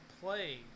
play